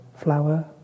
flower